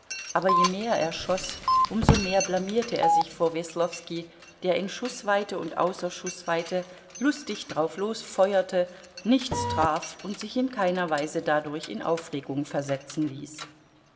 aber je mehr er schoß um so mehr blamierte er sich vor weslowski der in schußweite und außer schußweite lustig drauflos feuerte nichts traf und sich in keiner weise dadurch in aufregung versetzen ließ